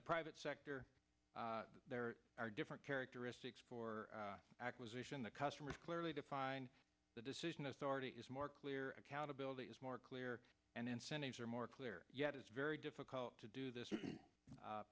the private sector there are different characteristics for acquisition the customer is clearly defined the decision authority is more clear accountability is more clear and incentives are more clear yet it's very difficult to do this